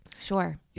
Sure